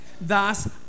thus